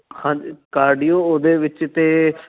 ਹਾਂਜੀ ਕਾਰਡੀਓ ਉਹਦੇ ਵਿੱਚ ਅਤੇ